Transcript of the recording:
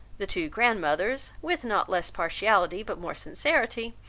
the two grandmothers, with not less partiality, but more sincerity,